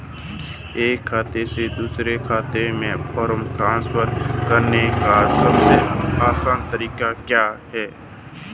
एक खाते से दूसरे खाते में फंड ट्रांसफर करने का सबसे आसान तरीका क्या है?